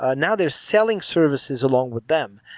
ah now they're selling services along with them.